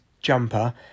jumper